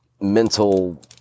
mental